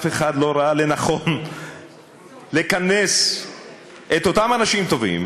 אף אחד לא ראה לנכון לכנס את אותם אנשים טובים